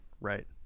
right